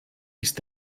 ist